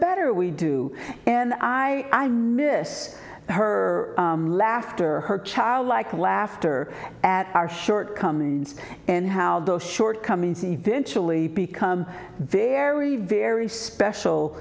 better we do and i miss her laughter her childlike laughter at our shortcomings and how those shortcomings eventually become very very special